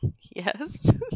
Yes